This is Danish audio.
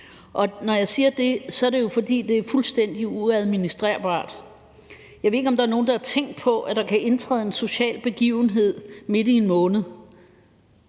Og når jeg siger det, er det jo, fordi det er fuldstændig uadministrerbart. Jeg ved ikke, om der er nogen, der har tænkt på, at der kan indtræde en social begivenhed midt i en måned.